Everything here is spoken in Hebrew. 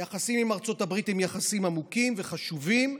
היחסים עם ארצות הברית הם יחסים עמוקים וחשובים,